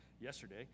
yesterday